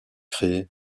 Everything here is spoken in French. créé